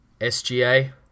SGA